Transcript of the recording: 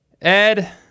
Ed